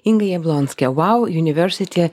inga jablonskė wow university